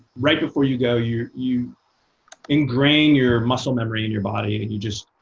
right before you go, you you ingrain your muscle memory in your body. and you just